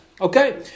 Okay